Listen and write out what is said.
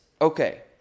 okay